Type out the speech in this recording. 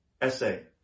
essay